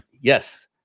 Yes